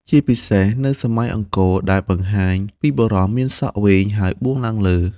ជាពិសេសនៅសម័យអង្គរ ដែលបង្ហាញពីបុរសមានសក់វែងហើយបួងឡើងលើ។